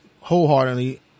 wholeheartedly